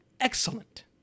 excellent